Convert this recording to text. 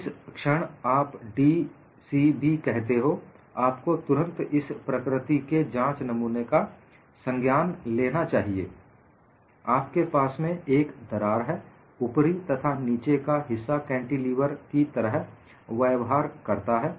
जिस क्षण आप डी सी बी कहते हो आपको तुरंत इस प्रकृति के जांच नमूने का संज्ञान लेना चाहिए आपके पास में एक दरार है ऊपरी तथा नीचे का हिस्सा कैंटीलीवर की तरह व्यवहार करता है